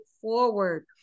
forward